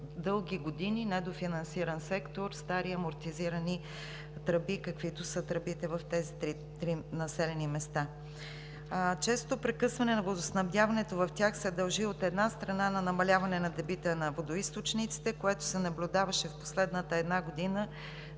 дълги години недофинансиран сектор, стари, амортизирани тръби, каквито са тръбите в тези три населени места. Честото прекъсване на водоснабдяването в тях се дължи, от една страна, на намаляване на дебита на водоизточниците, което се наблюдаваше в последната една година